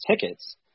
tickets